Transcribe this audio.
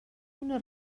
una